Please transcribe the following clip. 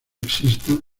exista